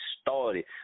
started